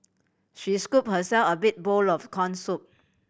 she scooped herself a big bowl of corn soup